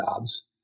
jobs